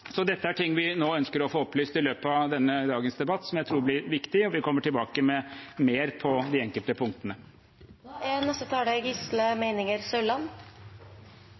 Dette er ting vi nå ønsker å få opplyst i løpet av denne dagens debatt, som jeg tror blir viktig, og vi kommer tilbake med mer på de enkelte punktene. Vi behandler i dag to Dokument 8-forslag. Det ene er